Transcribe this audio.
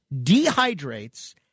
dehydrates